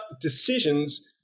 decisions